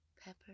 pepper